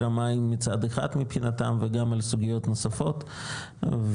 המים מצד אחד מבחינתם וגם על סוגיות נוספות ולכן,